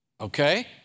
Okay